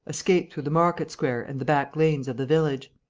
escape through the market square and the back lanes of the village.